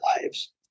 lives